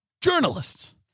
journalists